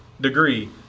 degree